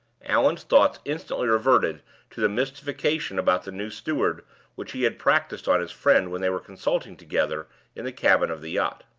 allan's thoughts instantly reverted to the mystification about the new steward which he had practiced on his friend when they were consulting together in the cabin of the yacht.